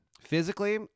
Physically